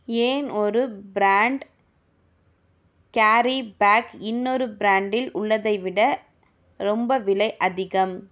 ஏன் ஒரு brand carry bag இன்னொரு பிரான்ட்டில் உள்ளதை விட ரொம்ப விலை அதிகம்